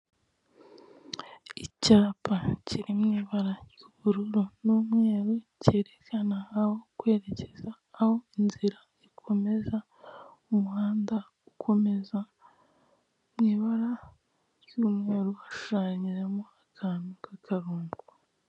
Icyapa kiri mu ibara ry'ubururu n'umweru, cyerekana aho kwerekeza, aho inzira ikomeza, umuhanda ukomeza mu ibara ry'umweru hashushanyijemo akantu k'akarongo.